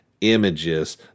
images